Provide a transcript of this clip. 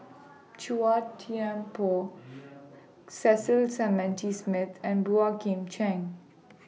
Chua Thian Poh Cecil Clementi Smith and Boey Kim Cheng